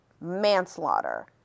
manslaughter